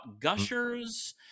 gushers